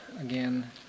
again